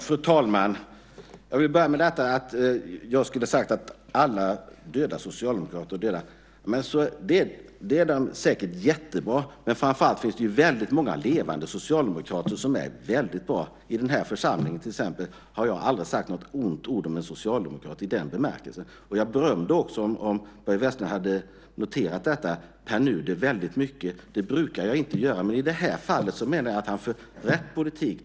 Fru talman! Jag vill börja med att kommentera att jag skulle ha sagt att alla döda socialdemokrater är goda. Det är de säkert, men framför allt finns det väldigt många levande socialdemokrater som är mycket bra. Jag har till exempel i den här församlingen aldrig sagt ett ont ord om en socialdemokrat i den bemärkelsen. Jag berömde också Pär Nuder, om Börje Vestlund hade lyssnat. Det brukar jag inte göra, men i det här fallet menar jag att han för rätt politik.